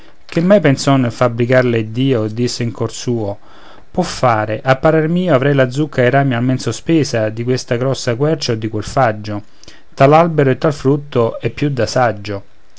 che mai pensò nel fabbricarla iddio disse in suo cor poffare a parer mio avrei la zucca ai rami almen sospesa di questa grossa quercia o di quel faggio tal albero tal frutto è più da saggio